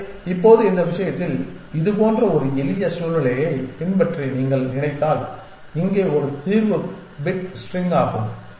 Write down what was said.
எனவே இப்போது இந்த விஷயத்தில் இது போன்ற ஒரு எளிய சூழ்நிலையைப் பற்றி நீங்கள் நினைத்தால் இங்கே தீர்வு பிட் ஸ்ட்ரிங் ஆகும்